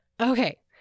Okay